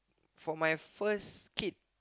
for my first kid